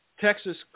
Texas